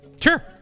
Sure